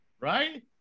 Right